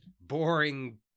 boring